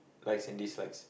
likes and dislikes